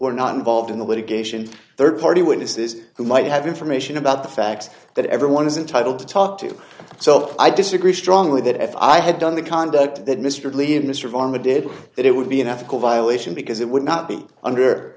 were not involved in the litigation rd party witnesses who might have information about the fact that everyone is entitled to talk to them so i disagree strongly that if i had done the conduct that mr levy mr valma did that it would be unethical violation because it would not be under